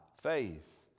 faith